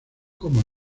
como